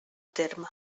terme